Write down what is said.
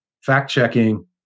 fact-checking